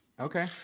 Okay